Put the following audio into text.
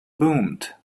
boomed